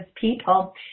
people